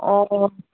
অ অ